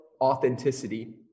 authenticity